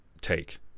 take